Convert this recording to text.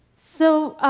so